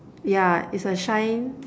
yeah its a shine